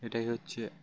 এটাই হচ্ছে